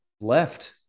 left